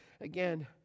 again